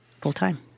full-time